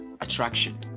attraction